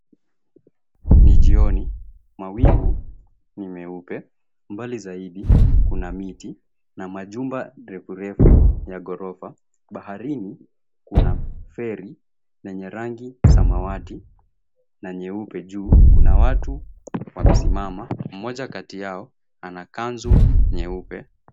Ni jioni. Mawingu ni meupe, mbali zaidi kuna miti na majumba refurefu ya ghorofa. Baharini kuna feri yenye rangi samawati na nyeupe juu. Kuna watu wamesimama, mmoja kati yao ana kanzu nyeupe.